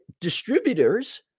distributors